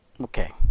Okay